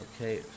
Okay